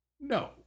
No